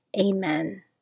Amen